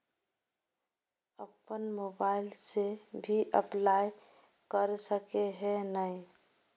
अपन मोबाईल से भी अप्लाई कर सके है नय?